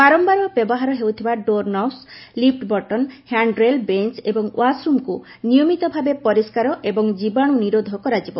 ବାରମ୍ଭାର ବ୍ୟବହାର ହେଉଥିବା door knobs lift button hand rail bench ଏବଂ ଓ୍ୱାସ୍ରୁମ୍କୁ ନିୟମିତ ଭାବେ ପରିଷ୍କାର ଏବଂ ଜୀବାଣୁ ନିରୋଧ କରାଯିବ